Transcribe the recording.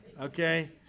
okay